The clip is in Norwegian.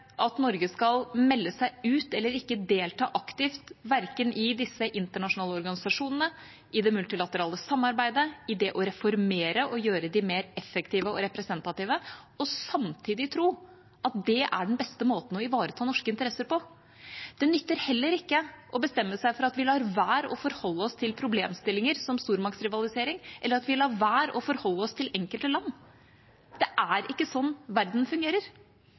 at Norge skal melde seg ut eller ikke delta aktivt verken i disse internasjonale organisasjonene, i det multilaterale samarbeidet, i det å reformere og gjøre dem mer effektive og representative, og samtidig tro at det er den beste måten å ivareta norske interesser på. Det nytter heller ikke å bestemme seg for at vi lar være å forholde oss til problemstillinger som stormaktsrivalisering, eller at vi lar være å forholde oss til enkelte land. Det er ikke sånn verden fungerer.